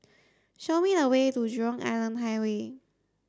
show me the way to Jurong Island Highway